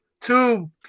two